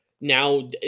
now